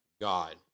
God